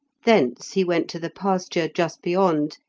thence he went to the pasture just beyond,